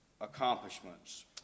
accomplishments